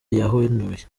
yahanuye